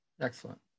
Excellent